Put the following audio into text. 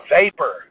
vapor